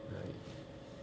like